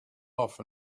off